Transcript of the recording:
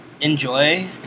enjoy